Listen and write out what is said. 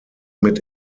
mit